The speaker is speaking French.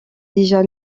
déjà